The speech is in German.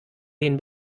den